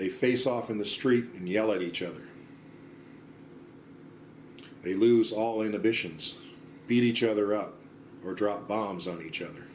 they face off in the street and yell at each other they lose all inhibitions beat each other up or drop bombs on each other